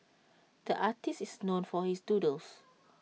the artist is known for his doodles